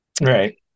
Right